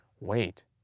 wait